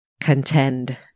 contend